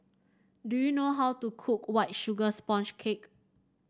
do you know how to cook White Sugar Sponge Cake